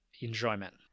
enjoyment